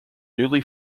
newly